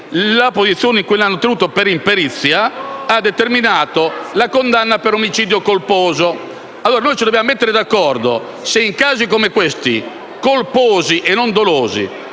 la posizione in cui l'hanno tenuto per imperizia ha determinato la condanna per omicidio colposo. Noi ci dobbiamo allora mettere d'accordo su cosa succede in casi come questi, colposi e non dolosi.